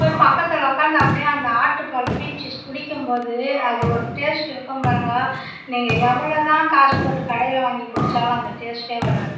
போய் பக்கத்தில் உக்காந்து அப்படியே அந்த ஆட்டுப்பால் பீச்சி குடிக்கும் போது அது ஒரு டேஸ்ட் இருக்கும் பாருங்கள் நீங்கள் எவ்வளோ தான் காசு போட்டு கடையில் வாங்கி குடிச்சாலும் அந்த டேஸ்ட்டே வராது